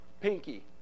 pinky